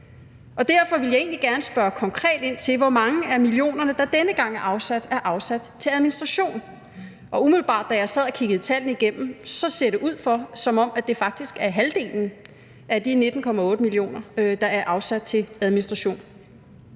Derfor vil jeg egentlig gerne spørge konkret ind til, hvor mange af millionerne, der denne gang er afsat, der er afsat til administration. Da jeg sad og kiggede tallene igennem, så det umiddelbart ud, som om det faktisk er halvdelen af de 19,8 mio. kr., der er afsat til administration.